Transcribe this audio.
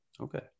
Okay